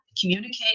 communicate